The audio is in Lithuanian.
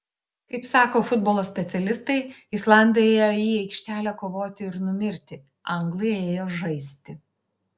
kaip sako futbolo specialistai islandai ėjo į aikštę kovoti ir numirti anglai ėjo žaisti